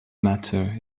matter